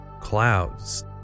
clouds